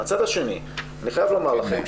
מהצד השני אני חייב לומר לכם,